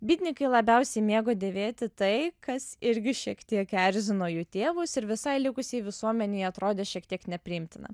bytnikai labiausiai mėgo dėvėti tai kas irgi šiek tiek erzino jų tėvus ir visai likusiai visuomenei atrodė šiek tiek nepriimtina